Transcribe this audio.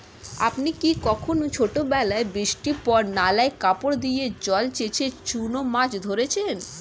আপনি কি কখনও ছেলেবেলায় বৃষ্টির পর নালায় কাপড় দিয়ে জল ছেঁচে চুনো মাছ ধরেছেন?